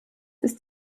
ist